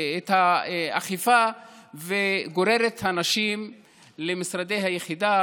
את האכיפה וגוררת אנשים למשרדי היחידה,